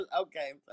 Okay